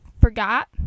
Forgot